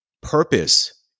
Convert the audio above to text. Purpose